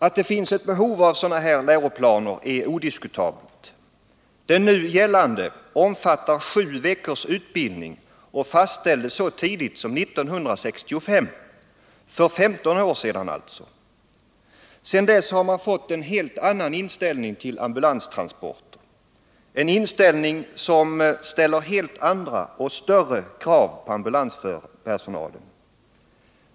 Att det finns ett behov av sådana läroplaner är odiskutabelt. Den nu gällande omfattar sju veckors utbildning och fastställdes så tidigt som 1965 — för 15 år sedan alltså. Sedan dess har man fått en helt annan inställning till ambulanstransporter, en inställning som ställer helt andra och större krav på ambulanspersonalen.